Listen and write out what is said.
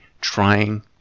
trying